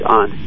on